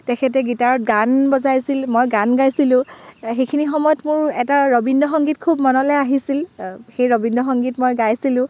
তেখেতে গীটাৰত গান বজাইছিল মই গান গাইছিলোঁ সেইখিনি সময়ত মোৰ এটা ৰবীন্দ সংগীত খুব মনলৈ আহিছিল সেই ৰবীন্দ সংগীত মই গাইছিলোঁ